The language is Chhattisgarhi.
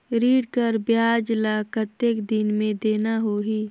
ऋण कर ब्याज ला कतेक दिन मे देना होही?